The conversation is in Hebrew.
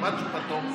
מה תשובתו?